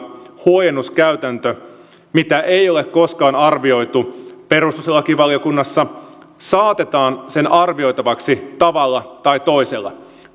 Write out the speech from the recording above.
huojennuskäytäntö mitä ei ole koskaan arvioitu perustuslakivaliokunnassa saatetaan sen arvioitavaksi tavalla tai toisella